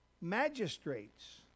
magistrates